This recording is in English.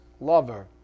lover